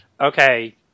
Okay